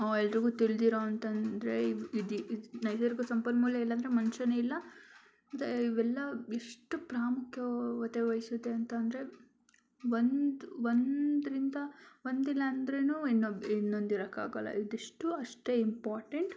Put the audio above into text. ಎಲ್ರಿಗೂ ತಿಳಿದಿರೋ ಅಂತಂದರೆ ಇದ್ದಿ ನಿಸರ್ಗ ಸಂಪನ್ಮೂಲ ಇಲ್ಲ ಅಂದರೆ ಮನುಷ್ಯನೆ ಇಲ್ಲ ಇವೆಲ್ಲ ಎಷ್ಟು ಪ್ರಾಮುಖ್ಯತೆ ವಹಿಸುತ್ತೆ ಅಂತ ಅಂದರೆ ಒಂದು ಒಂದರಿಂದ ಒಂದಿಲ್ಲ ಅಂದರೆನೂ ಇನ್ನೊಂದು ಇನ್ನೊಂದಿರಕ್ಕಾಗಲ್ಲ ಇದಿಷ್ಟು ಅಷ್ಟೇ ಇಂಪಾಟೆಂಟ್